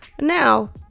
Now